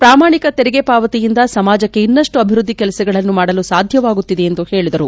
ಪ್ರಾಮಾಣಿಕ ತೆರಿಗೆ ಪಾವತಿಯಿಂದ ಸಮಾಜಕ್ಕೆ ಇನ್ನಷ್ಟು ಅಭಿವ್ವದ್ದಿ ಕೆಲಸಗಳನ್ನು ಮಾಡಲು ಸಾಧ್ಯವಾಗುತ್ತಿದೆ ಎಂದು ಹೇಳಿದರು